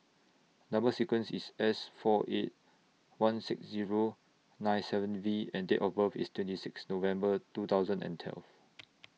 Number sequence IS S four eight one six Zero nine seven V and Date of birth IS twenty six November two thousand and twelve